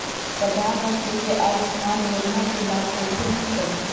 प्रधानमंत्री के आयुषमान योजना के लाभ कैसे मिलतै?